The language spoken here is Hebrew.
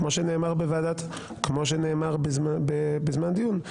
כמו שנאמר בזמן הדיון,